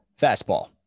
Fastball